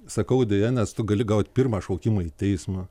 sakau deja nes tu gali gaut pirmą šaukimą į teismą